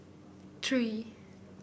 three